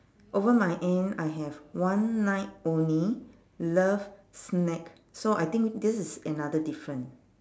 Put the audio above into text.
over my end I have one night only love snack so I think this is another different